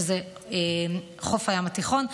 שזה חוף הים התיכון,